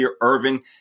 Irvin